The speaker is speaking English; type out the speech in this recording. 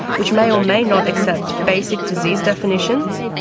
which may or may not accept basic disease definitions,